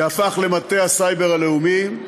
שהפך למטה הסייבר הלאומי.